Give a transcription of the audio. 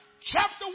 chapter